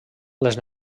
les